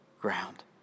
ground